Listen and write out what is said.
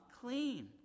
clean